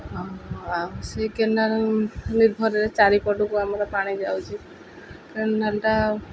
ଆଉ ସେ କେନାଲ୍ ନିର୍ଭରରେ ଚାରିପଟକୁ ଆମର ପାଣି ଯାଉଛି କେନାଲ୍ଟା